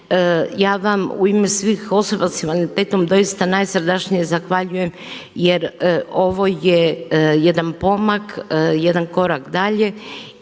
Ja vam u ime svih osoba sa invaliditetom doista najsrdačnije zahvaljujem jer ovo je jedna pomak, jedan korak dalje